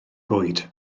bwyd